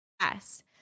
Yes